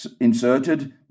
inserted